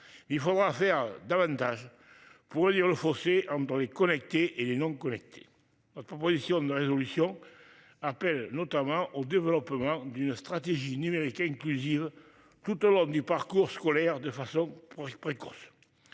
Il faudra faire davantage. Pour réduire le fossé entre les connecter et les non collecter. Proposition de résolution. Appelle notamment au développement d'une stratégie numérique inclusive. Tout au long du parcours scolaire de façon. Précoce.